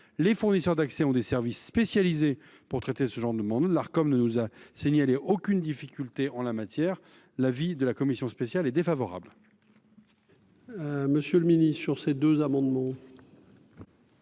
les fournisseurs d’accès ont des services spécialisés pour traiter ce genre de demande et l’Arcom ne nous a signalé aucune difficulté en la matière. Pour ces raisons, la commission spéciale est défavorable